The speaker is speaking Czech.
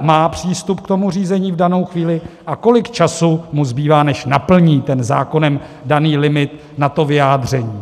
má přístup k řízení v danou chvíli a kolik času mu zbývá, než naplní zákonem daný limit na vyjádření.